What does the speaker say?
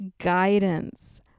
guidance